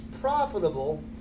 profitable